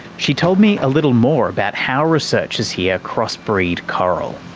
she told me a little more about how researchers here cross-breed coral.